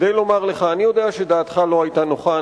כדי לומר לך, אני יודע שדעתך לא היתה נוחה.